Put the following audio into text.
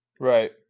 Right